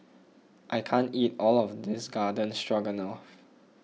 I can't eat all of this Garden Stroganoff